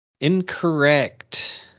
Incorrect